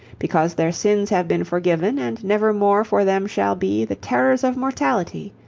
because their sins have been forgiven. and never more for them shall be the terrors of mortality.